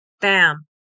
bam